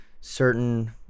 certain